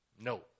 No